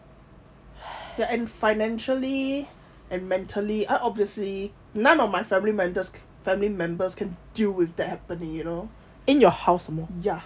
ya and financially and mentally I obviously none of my family members family members can deal with that happening you know